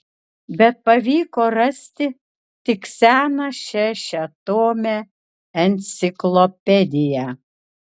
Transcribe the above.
bet pavyko rasti tik seną šešiatomę enciklopediją